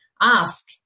ask